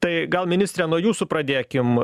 tai gal ministre nuo jūsų pradėkim